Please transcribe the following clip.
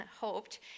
hoped